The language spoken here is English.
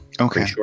Okay